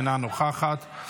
אינה נוכחת.